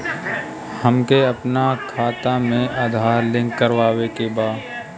हमके अपना खाता में आधार लिंक करावे के बा?